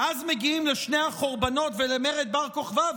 ואז מגיעים לשני החורבנות ולמרד בר כוכבא,